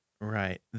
Right